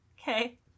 Okay